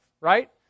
Right